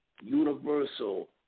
Universal